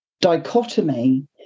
dichotomy